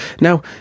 Now